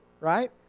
right